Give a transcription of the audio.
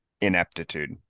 ineptitude